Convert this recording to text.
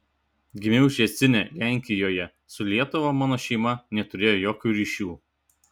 gimiau ščecine lenkijoje su lietuva mano šeima neturėjo jokių ryšių